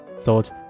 thought